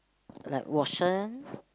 like Watson